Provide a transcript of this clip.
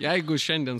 jeigu šiandien